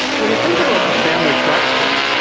when you think about the family truckster.